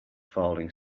falling